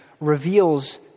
reveals